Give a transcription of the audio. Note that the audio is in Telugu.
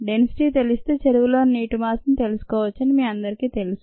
డెన్సిటీ తెలిస్తే చెరువులోని నీటి మాస్ ని తెలుసుకోవచ్చని మీ అందరికీ తెలుసు